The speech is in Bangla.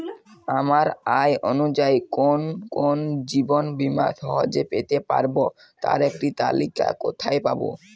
আমার আয় অনুযায়ী কোন কোন জীবন বীমা সহজে পেতে পারব তার একটি তালিকা কোথায় পাবো?